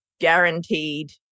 guaranteed